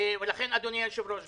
אדוני היושב-ראש,